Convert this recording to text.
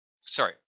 sorry